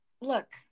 look